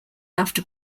after